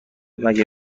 مگه